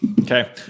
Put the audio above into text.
Okay